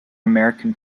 american